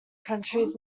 counties